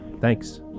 Thanks